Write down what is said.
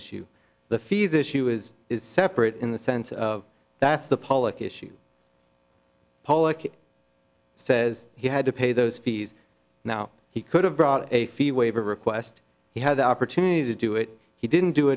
issue the fees issue is is separate in the sense of that's the policy issue says he had to pay those fees now he could have brought a fee waiver request he had the opportunity to do it he didn't do